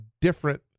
different